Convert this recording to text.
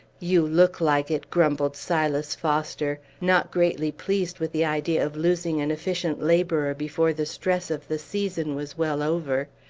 you look like it! grumbled silas foster, not greatly pleased with the idea of losing an efficient laborer before the stress of the season was well over.